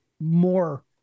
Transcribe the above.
more